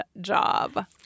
job